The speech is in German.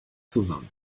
zusammen